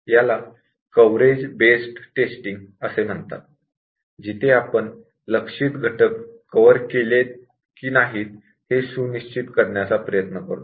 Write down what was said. याला coverage based testing असे म्हणतात जिथे आपण लक्ष्यित घटक कव्हर केले आहेत हे सुनिश्चित करण्याचा प्रयत्न करतो